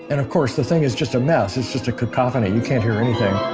and of course the thing is just mess. it's just a cacophony, you can't hear anything